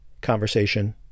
conversation